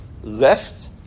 left